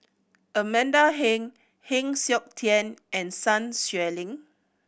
Amanda Heng Heng Siok Tian and Sun Xueling